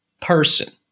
person